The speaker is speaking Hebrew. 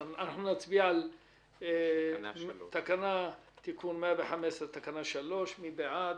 נצביע על תקנה 3, תיקון תקנה 115. הצבעה בעד,